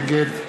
נגד